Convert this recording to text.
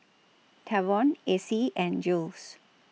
Tavon Acie and Jules